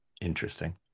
interesting